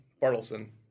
Bartleson